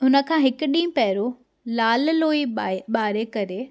उन खां हिकु ॾींहु पहिरियों लाल लोई बाए ॿारे करे